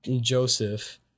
Joseph